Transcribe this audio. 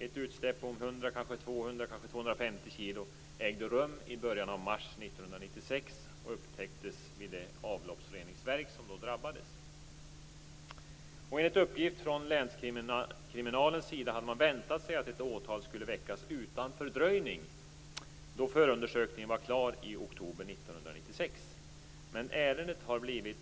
Ett utsläpp av 100-250 kg ägde rum i början av mars 1996, och upptäcktes vid det avloppsreningsverk som drabbades. Enligt uppgift från länskriminalen hade man väntat sig att ett åtal skulle väckas utan fördröjning då förundersökningen var klar i oktober 1996. Men ärendet har enligt